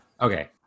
Okay